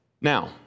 Now